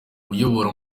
uyobora